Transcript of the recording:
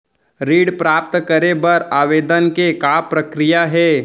ऋण प्राप्त करे बर आवेदन के का प्रक्रिया हे?